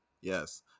Yes